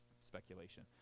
speculation